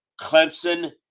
Clemson